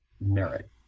merit